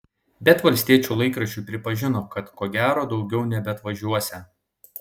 bet valstiečių laikraščiui prisipažino kad ko gero daugiau nebeatvažiuosią